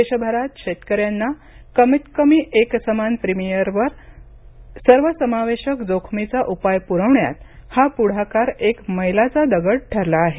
देशभरात शेतकऱ्यांना कमीतकमी एकसमान प्रीमियमवर सर्वसमावेशक जोखमीचा उपाय पुरवण्यात हा पुढाकार एक मैलाचा दगड ठरला आहे